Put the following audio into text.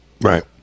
Right